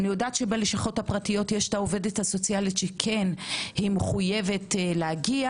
אני יודעת שבלשכות הפרטיות יש העובדת הסוציאלית שכן היא מחויבת להגיע